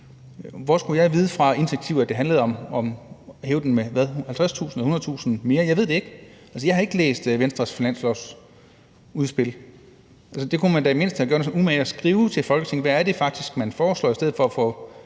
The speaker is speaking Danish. Hvor skulle jeg instinktivt vide fra, at det handlede om at hæve den med – hvad? 50.000 eller 100.000 kr. mere? Jeg ved det ikke. Jeg har ikke læst Venstres finanslovsudspil. Man kunne da i det mindste have gjort sig den umage at skrive til Folketinget, hvad det faktisk er, man foreslår, i stedet for bare